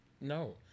No